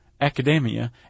academia